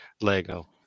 Lego